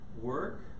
work